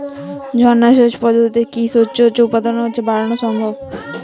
ঝর্না সেচ পদ্ধতিতে কি শস্যের উৎপাদন বাড়ানো সম্ভব?